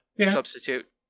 Substitute